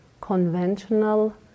conventional